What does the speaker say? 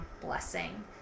blessing